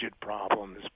problems